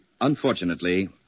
Unfortunately